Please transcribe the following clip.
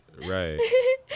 right